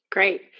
Great